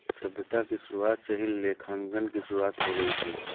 सभ्यता की शुरुआत से ही लेखांकन की शुरुआत हो गई थी